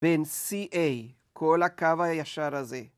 ‫בין CA, כל הקו הישר הזה.